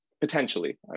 potentially